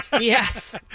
yes